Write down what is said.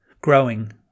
Growing